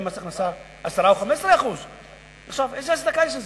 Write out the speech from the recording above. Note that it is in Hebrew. מס הכנסה 10% או 15%. איזו הצדקה יש לזה?